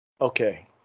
Okay